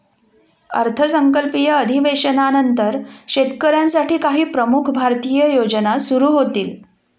अर्थसंकल्पीय अधिवेशनानंतर शेतकऱ्यांसाठी काही प्रमुख भारतीय योजना सुरू होतील